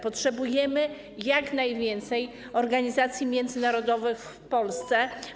Potrzebujemy jak najwięcej organizacji międzynarodowych w Polsce.